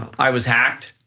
i was hacked,